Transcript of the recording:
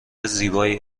زیبایی